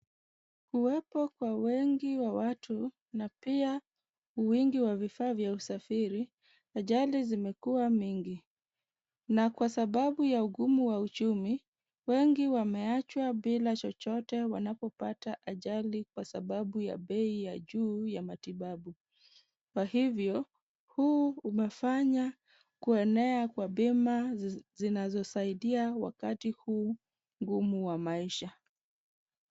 Kuwepo kwa wengi wa watu na pia wingi wa vifaa vya usafiri, ajali zimekuwa mingi na kwa sababu ya ugumu wa uchumi, wengi wameachwa bila chochote wanapopata ajali kwa sababu ya bei ya juu ya matibabu. Kwa hivyo huu umefanya kuenea kwa bima zinazosaidia wakati huu mgumu wa maisha.